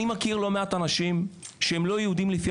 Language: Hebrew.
אני מכיר לא מעט אנשים שהם לא יהודים לפי